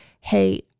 hey